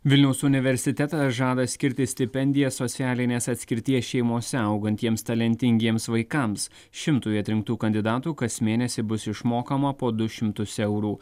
vilniaus universitetas žada skirti stipendijas socialinės atskirties šeimose augantiems talentingiems vaikams šimtui atrinktų kandidatų kas mėnesį bus išmokama po du šimtus eurų